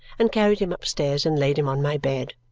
and carried him upstairs and laid him on my bed.